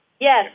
Yes